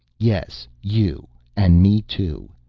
yes, you and me, too.